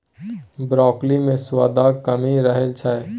broccoli मे सुआदक कमी रहै छै